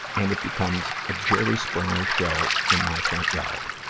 and it becomes a jerry springer show in my front yard.